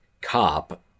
cop